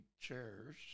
chairs